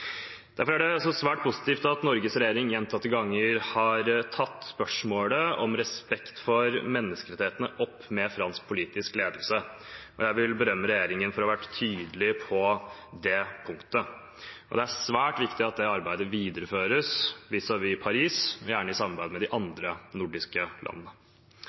Derfor er det svært positivt at Norges regjering gjentatte ganger har tatt spørsmålet om respekt for menneskerettighetene opp med fransk politisk ledelse. Jeg vil berømme regjeringen for å ha vært tydelig på det punktet. Det er svært viktig at det arbeidet videreføres vis-à-vis Paris, og gjerne i samarbeid med de andre nordiske landene.